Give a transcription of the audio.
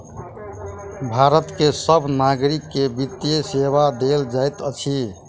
भारत के सभ नागरिक के वित्तीय सेवा देल जाइत अछि